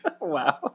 wow